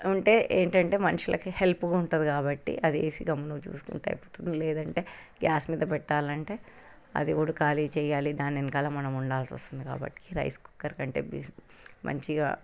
ఉంటే ఏంటంటే మనుషులకి హెల్ప్గా ఉంటుంది కాబట్టి అది వేసి గమ్మున్న చూసుకుంటే అయిపోతుంది లేదంటే గ్యాస్ మీద పెట్టాలంటే అది ఉడకాలి చెయ్యాలి దాని వెనకాల మనం వండాల్సి వస్తుంది కాబట్టి రైస్ కుక్కర్ కంటే మంచిగా